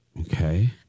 Okay